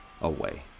away